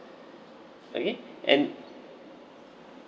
okay and